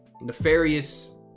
nefarious